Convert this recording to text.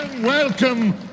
Welcome